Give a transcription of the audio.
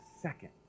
second